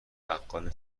بقال